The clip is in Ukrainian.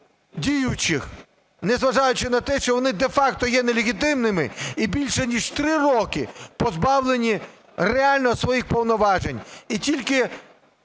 діючих, незважаючи на те, що вони де-факто є нелегітимними і більше ніж три роки позбавлені реально своїх повноважень.